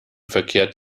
verkehrt